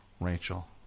Rachel